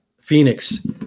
Phoenix